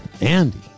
andy